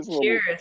Cheers